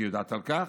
שיודעת על כך.